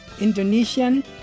Indonesian